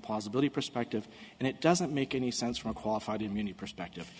possibility perspective and it doesn't make any sense from a qualified immunity perspective